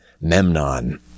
Memnon